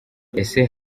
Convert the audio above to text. ese